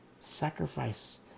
Sacrifice